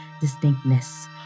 distinctness